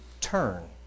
turn